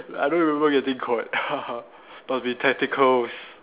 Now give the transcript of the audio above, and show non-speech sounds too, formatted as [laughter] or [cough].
I don't remember getting caught [laughs] must be tacticals